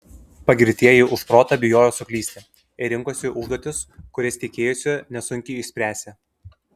pagirtieji už protą bijojo suklysti ir rinkosi užduotis kurias tikėjosi nesunkiai išspręsią